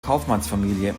kaufmannsfamilie